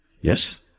Yes